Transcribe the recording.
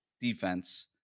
defense